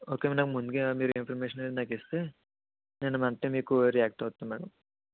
okay నాకు ముందుగా మీరు ఇన్ఫర్మేషన్ అనేది నాకిస్తే నేను వెంటనే మీకు రియాక్ట్ అవుతాను మేడం